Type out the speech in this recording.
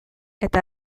eta